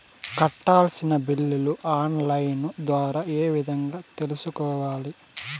కట్టాల్సిన బిల్లులు online ద్వారా ఏ విధంగా తెలుసుకోవాలి?